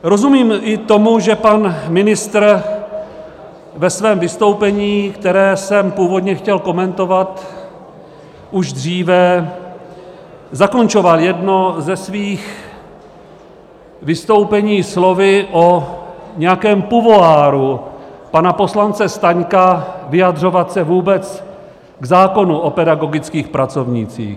Rozumím i tomu, že pan ministr ve svém vystoupení, které jsem původně chtěl komentovat už dříve, zakončoval jedno ze svých vystoupení slovy o nějakém pouvoiru pana poslance Staňka vyjadřovat se vůbec k zákonu o pedagogických pracovnících.